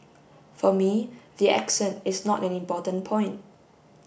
for me the accent is not an important point